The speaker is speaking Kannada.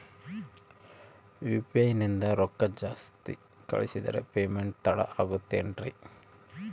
ಯು.ಪಿ.ಐ ನಿಂದ ರೊಕ್ಕ ಜಾಸ್ತಿ ಕಳಿಸಿದರೆ ಪೇಮೆಂಟ್ ತಡ ಆಗುತ್ತದೆ ಎನ್ರಿ?